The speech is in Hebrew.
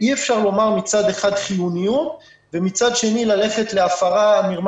אי אפשר לומר מצד אחד חיוניות ומצד שני ללכת למרמה,